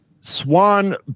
Swan